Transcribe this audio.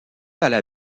alla